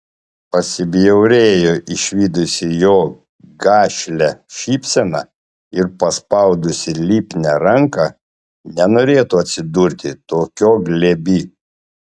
pasibjaurėjo išvydusi jo gašlią šypseną ir paspaudusi lipnią ranką nenorėtų atsidurti tokio glėby